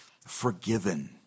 forgiven